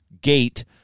gate